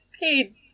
paid